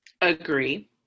Agree